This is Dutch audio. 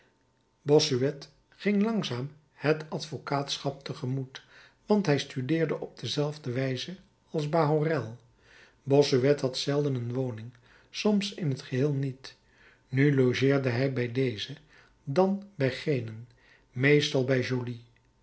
bossuet ging langzaam het advocaatschap te gemoet want hij studeerde op dezelfde wijze als bahorel bossuet had zelden een woning soms in t geheel niet nu logeerde hij bij dezen dan bij genen meestal bij